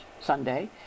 Sunday